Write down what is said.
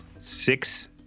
six